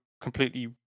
completely